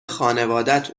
خانوادت